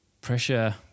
Pressure